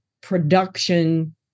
production